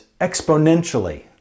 exponentially